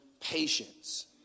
patience